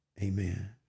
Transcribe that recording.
Amen